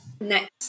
Next